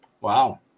Wow